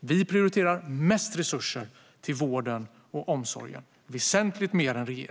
Vi satsar mest resurser till vården och omsorgen, väsentligt mer än regeringen.